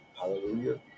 hallelujah